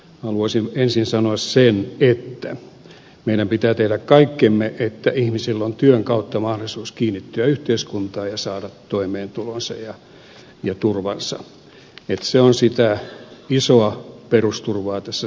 haluaisin ensin sanoa sen että meidän pitää tehdä kaikkemme että ihmisillä on työn kautta mahdollisuus kiinnittyä yhteiskuntaan ja saada toimeentulonsa ja turvansa että se on sitä isoa perusturvaa tässä suomalaisille